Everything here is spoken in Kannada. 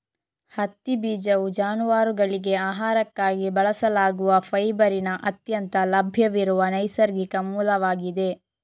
ಹತ್ತಿ ಬೀಜವು ಜಾನುವಾರುಗಳಿಗೆ ಆಹಾರಕ್ಕಾಗಿ ಬಳಸಲಾಗುವ ಫೈಬರಿನ ಅತ್ಯಂತ ಲಭ್ಯವಿರುವ ನೈಸರ್ಗಿಕ ಮೂಲವಾಗಿದೆ